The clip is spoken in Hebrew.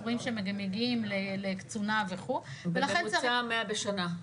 רואים שהם גם מגיעים לקצונה --- בממוצע 100 בשנה.